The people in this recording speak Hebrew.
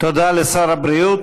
תודה לשר הבריאות.